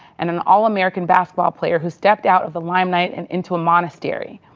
and an all american basketball player who stepped out of the limelight and into a monastery.